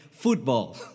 Football